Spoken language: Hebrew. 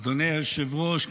אדוני היושב-ראש,